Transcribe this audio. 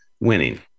winning